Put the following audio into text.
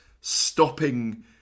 stopping